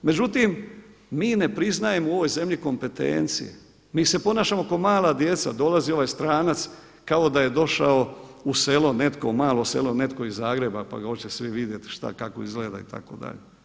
Međutim, mi ne priznajemo u ovoj zemlji kompetencije, mi se ponašamo kao mala djeca, dolazi ovaj stranac kao da je došao u selo netko, u malo selo netko iz Zagreba pa ga hoće svi vidjeti šta, kako izgleda itd.